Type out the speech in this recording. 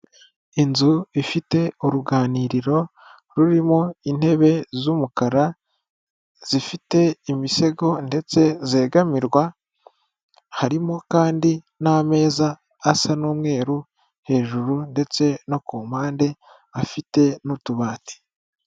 Inzu ifite uruganiriro rurimo intebe z'umukara zifite imisego ndetse zegamirwa, harimo kandi n'amezaza asa n'umweru hejuru ndetse no ku mpande afite n'utubati.